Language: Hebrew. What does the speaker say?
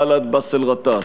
בל"ד: באסל גטאס.